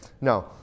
No